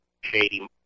shady